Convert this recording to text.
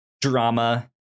drama